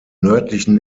nördlichen